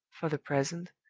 for the present,